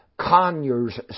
Conyers